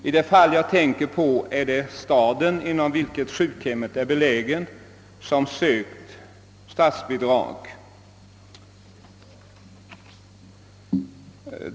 I det fall som jag sålunda tänker på är det staden inom vars område sjukhuset är beläget som sökt statsbidrag.